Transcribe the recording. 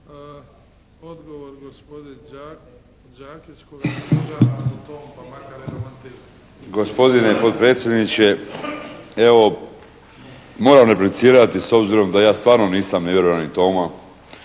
(HDZ)** Gospodine potpredsjedniče, evo moram replicirati s obzirom da ja stvarno nisam nevjerni Toma.